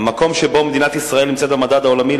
המקום שבו מדינת ישראל נמצאת במדד העולמי,